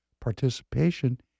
participation